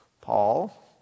Paul